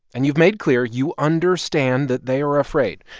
and you've made clear you understand that they are afraid.